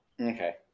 Okay